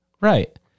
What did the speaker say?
right